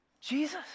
Jesus